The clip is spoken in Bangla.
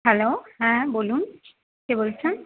হ্যালো হ্যাঁ বলুন কে বলছেন